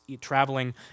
traveling